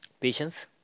Patience